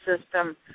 system